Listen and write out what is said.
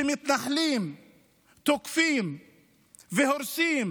כשמתנחלים תוקפים והורסים